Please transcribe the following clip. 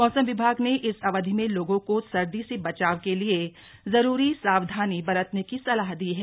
मौसम विभाग ने इस अवधि में लोगों को सर्दी से बचाव के लिए जरूरी सावधानी बरतने की सलाह दी है